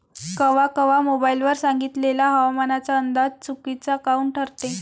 कवा कवा मोबाईल वर सांगितलेला हवामानाचा अंदाज चुकीचा काऊन ठरते?